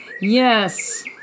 yes